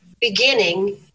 beginning